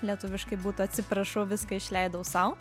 lietuviškai būtų atsiprašau viską išleidau sau